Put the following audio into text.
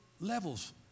levels